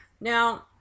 Now